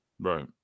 right